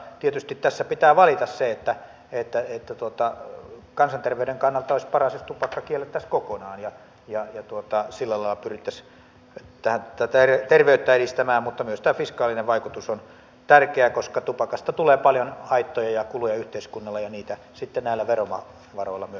tietysti tässä pitää valita se että kansanterveyden kannalta olisi paras jos tupakka kiellettäisiin kokonaan ja sillä lailla pyrittäisiin tätä terveyttä edistämään mutta myös tämä fiskaalinen vaikutus on tärkeä koska tupakasta tulee paljon haittoja ja kuluja yhteiskunnalle ja niitä sitten myöskin näillä verovaroilla maksetaan